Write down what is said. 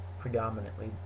predominantly